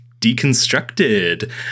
deconstructed